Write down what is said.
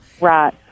right